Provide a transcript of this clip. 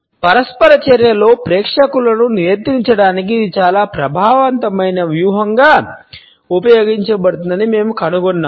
పరస్పర చర్యలో ప్రేక్షకులను నియంత్రించడానికి ఇది చాలా ప్రభావవంతమైన వ్యూహంగా ఉపయోగించబడుతుందని మేము కనుగొన్నాము